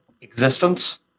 existence